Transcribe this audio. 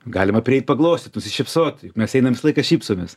galima prieit paglostyt nusišypsot juk mes einam visą laiką šypsomės